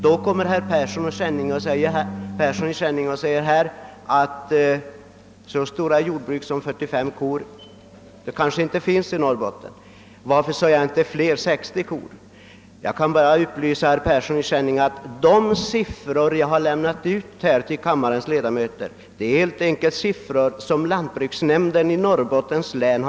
Herr Persson i Skänninge säger då att det inte finns så stora jordbruk i Norrbotter att de har 45 kor. Varför sade jag inte lika gärna 60 kor? Jag vill bara upplysa herr Persson i Skänninge att de siffror jag nämnde är framräknade av lantbruksnämnden i Norrbottens län.